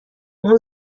اون